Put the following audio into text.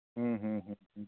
ᱦᱩᱸ ᱦᱩᱸ ᱦᱩᱸ ᱦᱩᱸ